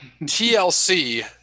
TLC